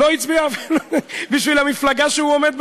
לא הצביע בשביל המפלגה שהוא עומד בראשה.